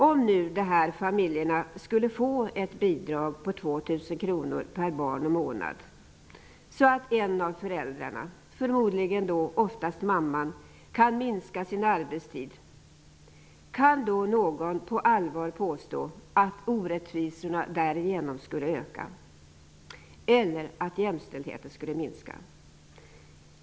Om de här familjerna skulle få ett bidrag på 2 000 kr per barn och månad, så att en av föräldrarna, förmodligen oftast mamman, kan minska sin arbetstid, kan någon på allvar påstå att orättvisorna därigenom skulle öka eller att jämställdheten skulle minska?